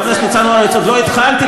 זה לא יעזור.